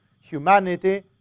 humanity